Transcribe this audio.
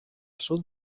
sud